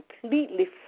completely